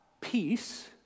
peace